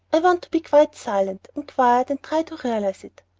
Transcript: i want to be quite silent and quiet and try to realize it.